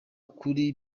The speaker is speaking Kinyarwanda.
kuri